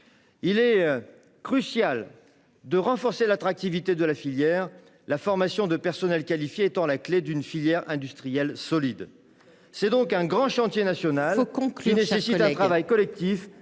Il est crucial de renforcer l'attractivité de la filière, la formation de personnels qualifiés étant la clé d'une filière industrielle solide. C'est donc un grand chantier national, ... Veuillez